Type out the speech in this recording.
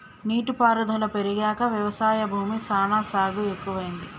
నీటి పారుదల పెరిగాక వ్యవసాయ భూమి సానా సాగు ఎక్కువైంది